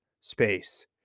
space